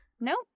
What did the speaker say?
Nope